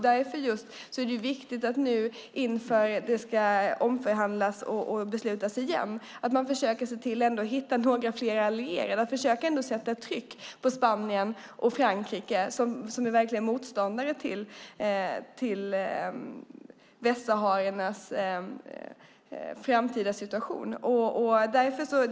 Därför är det viktigt, när det nu ska omförhandlas och beslutas igen, att man försöker se till att hitta några fler allierade och försöker sätta ett tryck på Spanien och Frankrike, som är verkliga motståndare i fråga om västsahariernas framtida situation.